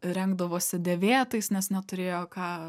rengdavosi dėvėtais nes neturėjo ką